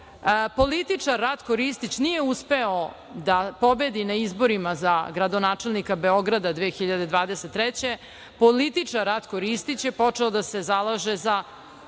političar Ratko Ristić nije uspeo da pobedi na izborima za gradonačelnika Beograda 2023. godine, političar Ratko Ristić je počeo da se zalaže za